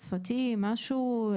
שפתי, משהו?